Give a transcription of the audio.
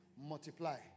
multiply